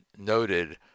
noted